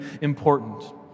important